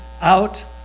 out